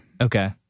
Okay